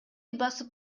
басып